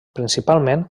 principalment